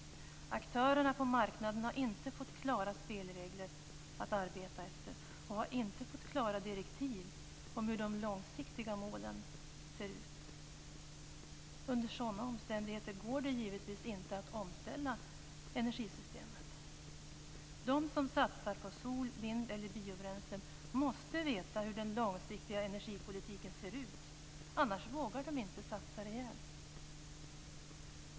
Aktörerna på marknaden har inte fått klara spelregler att arbeta efter och har inte fått klara direktiv om hur de långsiktiga målen ser ut. Under sådana omständigheter går det givetvis inte att omställa energisystemet. De som satsar på sol, vind eller biobränslen måste veta hur den långsiktiga energipolitiken ser ut, annars vågar de inte satsa rejält.